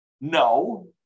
no